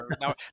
Now